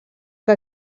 que